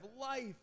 life